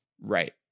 Right